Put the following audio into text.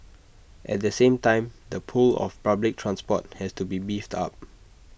at the same time the pull of public transport has to be beefed up